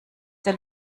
der